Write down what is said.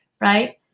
right